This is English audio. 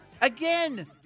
Again